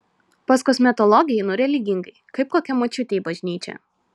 pas kosmetologę einu religingai kaip kokia močiutė į bažnyčią